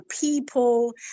people